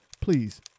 please